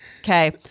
Okay